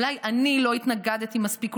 אולי אני לא התנגדתי מספיק,